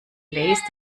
plays